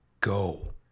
go